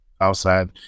outside